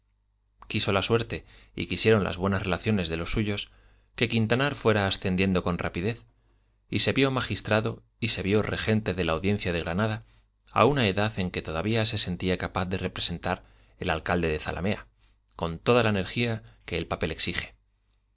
regañadientes quiso la suerte y quisieron las buenas relaciones de los suyos que quintanar fuera ascendiendo con rapidez y se vio magistrado y se vio regente de la audiencia de granada a una edad en que todavía se sentía capaz de representar el alcalde de zalamea con toda la energía que el papel exige